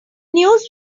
news